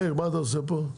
מאיר, מה אתה עושה פה?